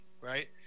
right